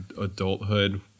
adulthood